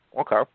Okay